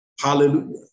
Hallelujah